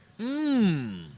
Mmm